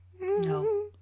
No